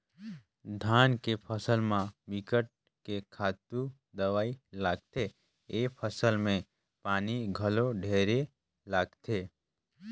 धान के फसल म बिकट के खातू दवई लागथे, ए फसल में पानी घलो ढेरे लागथे